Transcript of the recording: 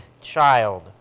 child